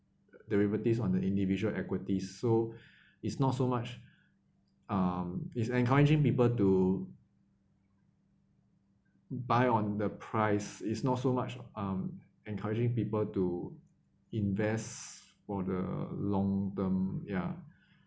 derivatives on the individual equity so it's not so much um is encouraging people to buy on the price is not so much um encouraging people to invest for the long term ya